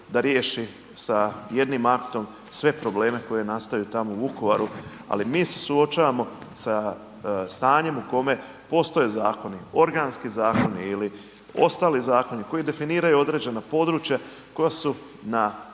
da riješi sa jednim aktom sve probleme koji nastaju tamo u Vukovaru, ali mi se suočavamo sa stanjem u kome postoje zakoni, organski zakoni ili ostali zakoni koji definiraju određena područja koja su na